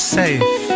safe